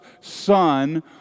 son